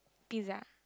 pizza